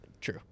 True